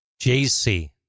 JC